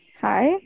Hi